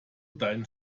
deinen